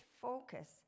focus